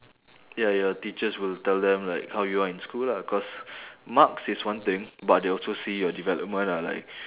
ya your teachers will tell them like how you are in school lah cause marks is one thing but they also see your development ah like